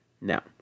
Now